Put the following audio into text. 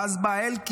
ואז בא אלקין,